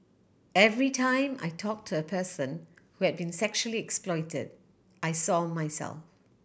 every time I talked to a person who had been sexually exploited I saw myself